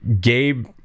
Gabe